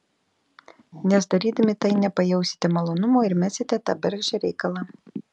nes darydami tai nepajausite malonumo ir mesite tą bergždžią reikalą